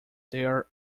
their